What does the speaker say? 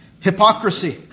hypocrisy